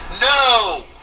No